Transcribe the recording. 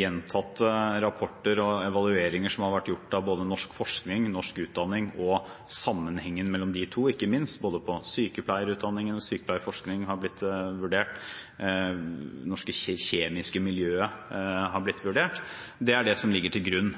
gjentatte rapporter og evalueringer som har vært gjort av både norsk forskning og norsk utdanning og ikke minst sammenhengen mellom de to. Både sykepleierutdanningen og sykepleierforskningen har blitt vurdert, og det norske kjemiske miljøet har blitt vurdert. Det er det som ligger til grunn.